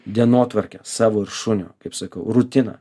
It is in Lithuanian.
dienotvarkę savo ir šunio kaip sakau rutiną